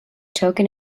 token